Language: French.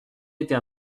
était